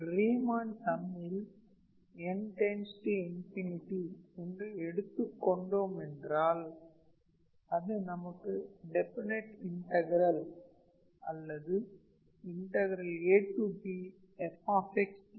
Riemann சம்மில் 𝑛→∞ என்று எடுத்துக் கொண்டோம் என்றால் அது நமக்கு டெஃபனைட் இன்டகரல் அல்லது abf dx போன்றவற்றை வழங்கும்